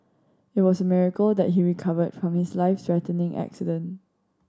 it was a miracle that he recovered from his life threatening accident